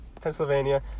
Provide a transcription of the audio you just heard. Pennsylvania